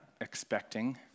expecting